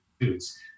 foods